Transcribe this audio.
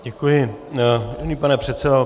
Děkuji, milý pane předsedo.